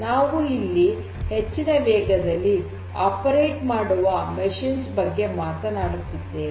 ನಾವು ಇಲ್ಲಿ ಹೆಚ್ಚಿನ ವೇಗದಲ್ಲಿ ಕಾರ್ಯನಿರ್ವಹಣೆ ಮಾಡುವ ಯಂತ್ರಗಳ ಬಗ್ಗೆ ಮಾತನಾಡುತ್ತೇನೆ